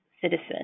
citizen